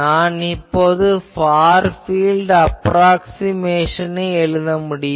நான் இப்போது far field அப்ராக்ஸிமேஷனை எழுத முடியும்